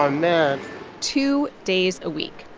um man two days a week.